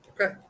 Okay